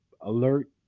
alert